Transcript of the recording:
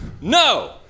no